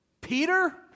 Peter